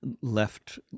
left